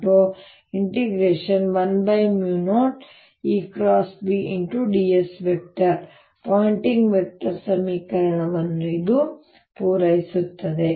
dS Poynting vector ಸಮೀಕರಣವನ್ನು ಪೂರೈಸುತ್ತದೆ